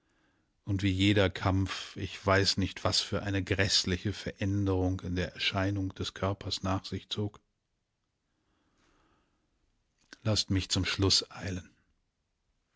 und wie jeder kampf ich weiß nicht was für eine gräßliche veränderung in der erscheinung des körpers nach sich zog laßt mich zum schluß eilen